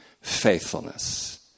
faithfulness